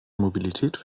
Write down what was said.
mobilität